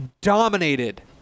dominated